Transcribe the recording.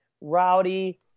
Rowdy